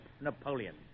Napoleon